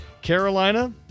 Carolina